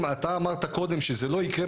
אם אתה אמרת קודם שזה לא יקרה,